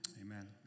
Amen